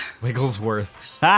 Wigglesworth